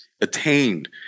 attained